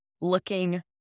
looking